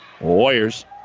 Warriors